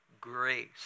grace